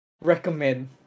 recommend